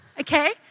okay